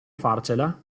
farcela